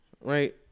right